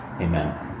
Amen